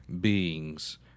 beings